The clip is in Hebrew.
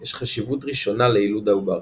יש חשיבות ראשונה ליילוד העובר,